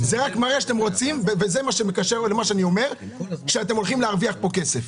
זה רק מראה שאתם הולכים להרוויח כסף.